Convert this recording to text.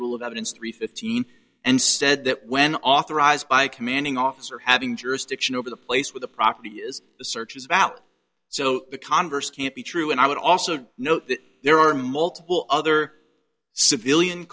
rule of evidence three fifteen and said that when authorized by commanding officer having jurisdiction over the place where the property is the search is about so the converse can't be true and i would also note that there are multiple other civilian